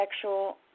sexual